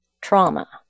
trauma